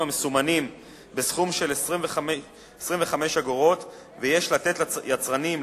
המסומנים בסכום של 25 אגורות ויש לתת ליצרנים,